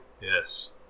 Yes